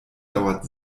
dauert